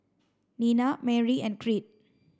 Nena Marie and Creed